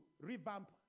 revamp